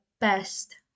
best